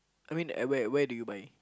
I mean at where where did you buy